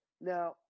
now